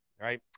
right